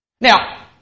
Now